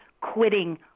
quitting